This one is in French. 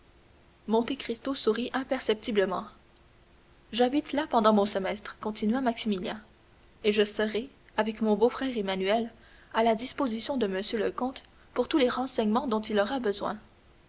monte cristo sourit imperceptiblement j'habite là pendant mon semestre continua maximilien et je serai avec mon beau-frère emmanuel à la disposition de monsieur le comte pour tous les renseignements dont il aura besoin